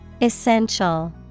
Essential